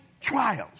trials